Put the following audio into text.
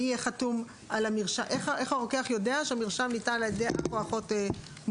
איך הרוקח יודע שהמרשם ניתן על ידי אח או אחות מומחים?